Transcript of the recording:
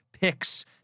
picks